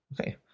Okay